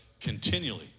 continually